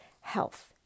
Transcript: health